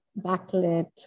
backlit